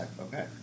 okay